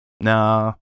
No